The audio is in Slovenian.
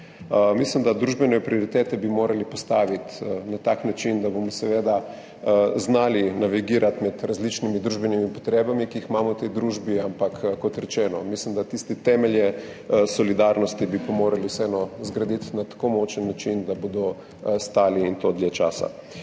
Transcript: Mislim, da bi družbene prioritete morali postaviti na tak način, da bomo seveda znali navigirati med različnimi družbenimi potrebami, ki jih imamo v tej družbi. Ampak, kot rečeno, mislim, da tiste temelje solidarnosti bi pa morali vseeno zgraditi na tako močen način, da bodo stali, in to dlje časa.